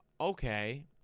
Okay